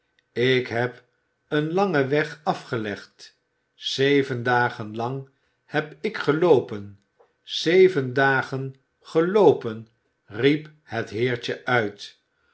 ik heb een langen weg afgelegd zeven dagen lang heb ik geloopen zeven dagen geloopen riep het heertje uit